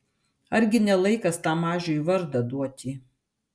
argi ne laikas tam mažiui vardą duoti